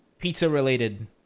Pizza-related